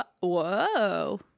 Whoa